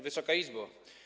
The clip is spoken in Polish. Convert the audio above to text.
Wysoka Izbo!